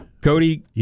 Cody